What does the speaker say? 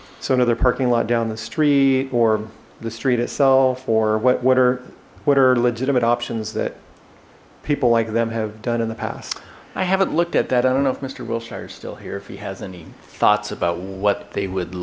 so another parking lot down the street or the street itself or what what are what are legitimate options that people like them have done in the past i haven't looked at that i don't know if mister wilson are still here if he has any thoughts about what they would